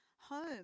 home